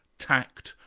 tact,